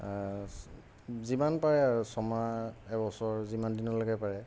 যিমান পাৰে আৰু ছমাহ এবছৰ যিমান দিনলৈকে পাৰে